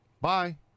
bye